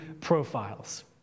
profiles